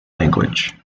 language